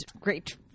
great